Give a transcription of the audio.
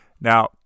Now